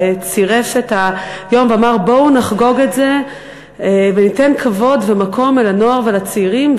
וצירף את היום ואמר: בואו נחגוג את זה וניתן כבוד ומקום לנוער ולצעירים.